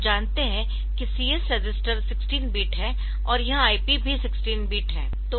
हम जानते है कि CS रजिस्टर 16 बिट है और यह IP भी 16 बिट है